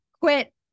quit